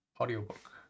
audiobook